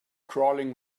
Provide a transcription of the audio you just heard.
crawling